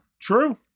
True